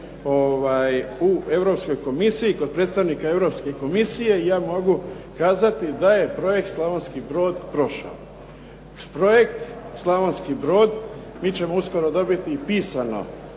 u Europskoj komisiji, kod predstavnika europske komisije i ja mogu kazati da je projekt Slavonski brod prošao. Projekt Slavonski brod, mi ćemo uskoro dobiti i pisanu